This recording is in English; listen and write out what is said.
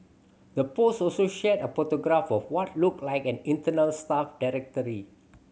the post also shared a photograph of what looked like an internal staff